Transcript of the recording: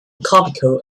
comical